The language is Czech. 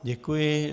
Děkuji.